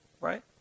Right